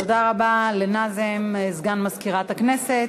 תודה רבה לנאזם, סגן מזכירת הכנסת.